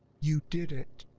you did it!